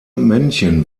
männchen